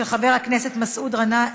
של חבר הכנסת מסעוד גנאים,